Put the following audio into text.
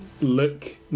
look